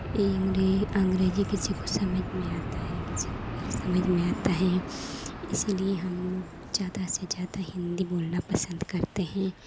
इनमे अँग्रेजी किसी को समझ में आती है किसी को नहीं समझ में आती है इसीलिए हमलोग ज़्यादा से ज़्यादा हिन्दी बोलना पसन्द करते हैं